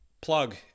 plug